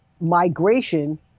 migration